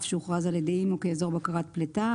שהוכרז על ידי אימ"ו כאזור בקרת פליטה.